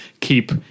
keep